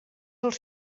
els